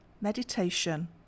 meditation